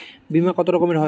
বিমা কত রকমের হয়?